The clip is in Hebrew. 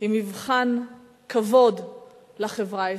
היא מבחן כבוד לחברה הישראלית.